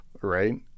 right